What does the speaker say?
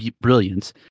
brilliance